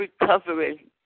recovery